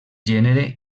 gènere